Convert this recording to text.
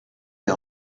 les